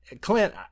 Clint